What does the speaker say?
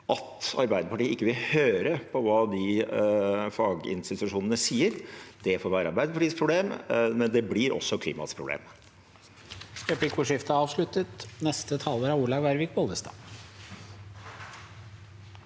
At Arbeiderpartiet ikke vil høre på det de faginstitusjonene sier, det får være Arbeiderpartiets problem, men det blir også klimaets problem.